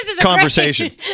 conversation